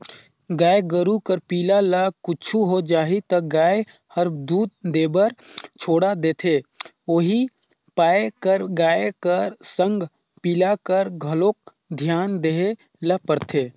गाय गोरु कर पिला ल कुछु हो जाही त गाय हर दूद देबर छोड़ा देथे उहीं पाय कर गाय कर संग पिला कर घलोक धियान देय ल परथे